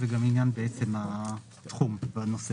זה גם עניין התחום והנושא.